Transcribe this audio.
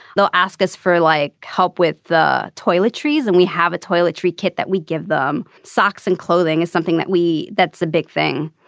they'll ask us for like help with toiletries and we have a toiletry kit that we give them socks and clothing is something that we. that's a big thing.